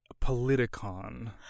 Politicon